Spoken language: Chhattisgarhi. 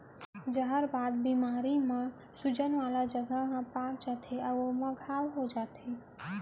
जहरबाद बेमारी म सूजन वाला जघा ह पाक जाथे अउ ओ मेरा घांव हो जाथे